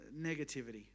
negativity